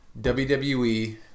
WWE